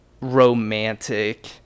romantic